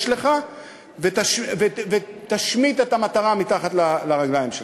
לך ותשמוט את המטרה מתחת לרגליים שלך.